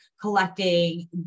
collecting